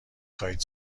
خواهید